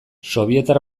sobietar